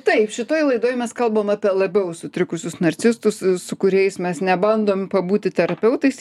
taip šitoj laidoj mes kalbam apie labiau sutrikusius narcistus su kuriais mes nebandom pabūti terapeutais